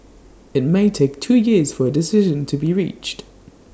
IT may take two years for A decision to be reached